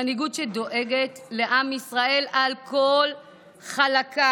מנהיגות שדואגת לעם ישראל על כל חלקיו.